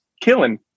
killing